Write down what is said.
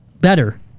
better